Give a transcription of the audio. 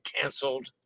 canceled